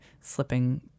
slipping